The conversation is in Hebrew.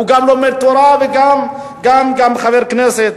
הוא גם לומד תורה וגם חבר כנסת.